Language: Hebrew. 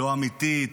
לא אמיתית,